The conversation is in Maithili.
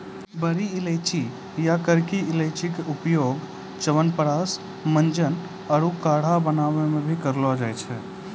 बड़ी इलायची या करकी इलायची के उपयोग च्यवनप्राश, मंजन आरो काढ़ा बनाय मॅ भी करलो जाय छै